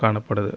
காணப்படுது